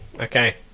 okay